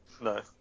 No